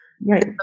Right